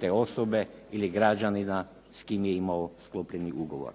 te osobe ili građanina s kim je imao sklopljeni ugovor.